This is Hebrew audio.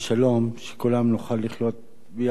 שכולנו נוכל לחיות ביחד בכבוד.